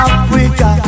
Africa